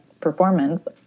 performance